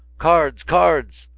cards! cards!